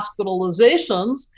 hospitalizations